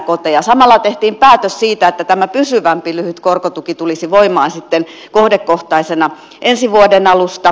samalla tehtiin päätös siitä että tämä pysyvämpi lyhyt korkotuki tulisi voimaan sitten kohdekohtaisena ensi vuoden alusta